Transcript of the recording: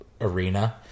arena